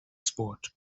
sport